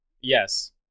Yes